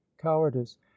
cowardice